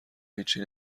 هیچی